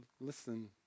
listen